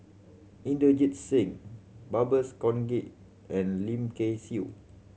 Inderjit Singh Babes Conde and Lim Kay Siu